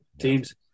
teams